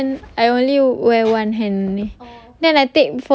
ya but then I only wear one hand